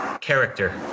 character